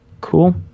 Cool